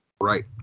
Right